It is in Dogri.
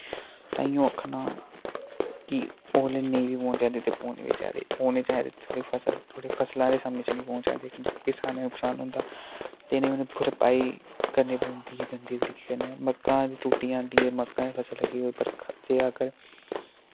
ताईयों आक्ख ना कि ओले नेईं बी पौन चाहिदे ते पौने वी चाहिदे पौने चाहिदे थोड़े फसला थोह्ड़े फसला दे समें च निं पौने चाहिदे क्यूंकि फ्ही सारें नुकसान होंदा ते निं उनें भरपाई करनी पौंदी ऐ गंदे तरीके कन्नै मक्कां दी टुट्टी जंदी ऐं मक्का दी फसल लग्गी दी होऐ बरखा ते अगर